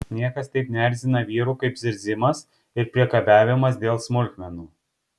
niekas taip neerzina vyrų kaip zirzimas ir priekabiavimas dėl smulkmenų